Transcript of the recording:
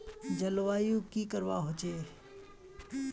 जलवायु की करवा होचे?